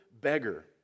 beggar